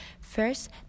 First